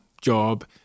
job